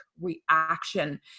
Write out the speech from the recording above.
reaction